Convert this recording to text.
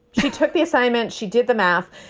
she took the assignment, she did the math.